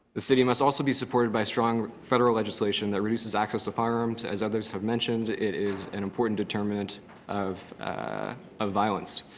the city must also be supported by strong federal legislation that reduces access to firearms as others have mentioned. it is an important determinant ah violence.